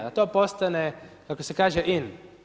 Da to postane, kako se kaže, in.